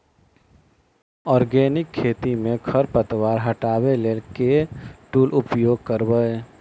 Organic खेती मे खरपतवार हटाबै लेल केँ टूल उपयोग करबै?